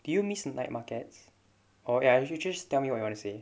did you miss night markets or ya you just tell me what you wanna say